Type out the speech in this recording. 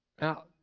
Now